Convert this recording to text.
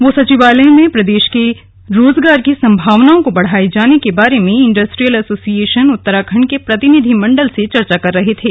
वे सचिवालय में प्रदेश में रोजगार की संभावनाओं को बढ़ाये जाने के बारे में इन्डस्ट्रियल एसोसिएशन उत्तराखण्ड के प्रतिनिधिमण्डल से चर्चा कर रहे थे